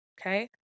Okay